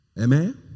Amen